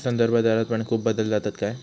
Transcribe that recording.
संदर्भदरात पण खूप बदल जातत काय?